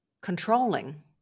controlling